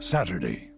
Saturday